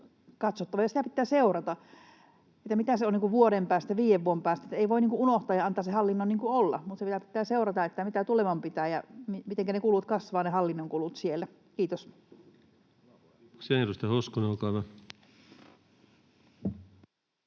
ja sitä pitää seurata, että mitä se on vuoden päästä, viiden vuoden päästä. Ei voi unohtaa ja antaa sen hallinnon olla. Sitä pitää seurata, mitä tuleman pitää ja mitenkä ne hallinnon kulut kasvavat. — Kiitos.